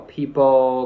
people